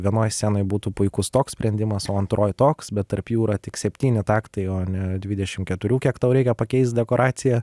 vienoj scenoj būtų puikus toks sprendimas o antroj toks bet tarp jų yra tik septyni taktai o ne dvidešim keturių kiek tau reikia pakeist dekoraciją